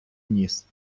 ніс